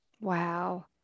Wow